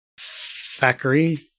Thackeray